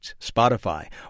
Spotify